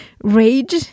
Rage